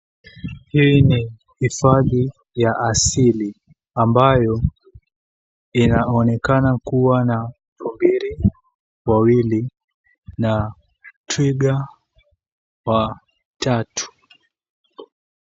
Hii ni hifadhi ya asili ambayo inaonekana kuwa na tumbili wawili na twiga watatu.